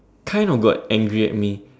kinda got angry at me